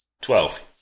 twelve